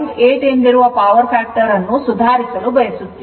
8ಎಂದಿರುವ power factor ಅನ್ನು ಸುಧಾರಿಸಲು ನಾವು ಬಯಸುತ್ತೇವೆ